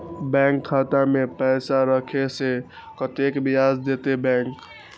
Bank खाता में पैसा राखे से कतेक ब्याज देते बैंक?